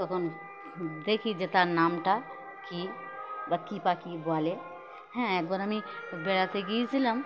তখন দেখি যে তার নামটা কী বা কী পাখি বলে হ্যাঁ একবার আমি বেড়াতে গিয়েছিলাম